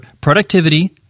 productivity